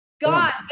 God